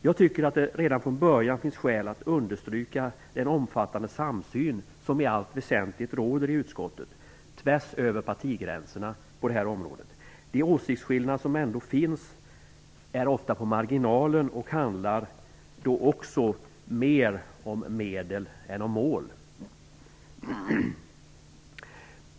Jag tycker att det redan från början finns skäl att understryka den omfattande samsyn som på det här området i allt väsentligt råder i utskottet tvärs över partigränserna. De åsiktsskillnader som ändå finns är ofta marginella och handlar mer om medlen än om målen.